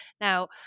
Now